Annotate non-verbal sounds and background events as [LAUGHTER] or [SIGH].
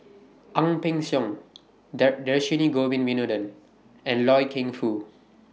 Ang Peng Siong [UNINTELLIGIBLE] Dhershini Govin Winodan and Loy Keng Foo